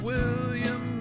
William